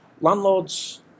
Landlords